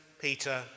Peter